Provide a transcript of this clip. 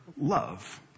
love